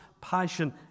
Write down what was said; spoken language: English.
passion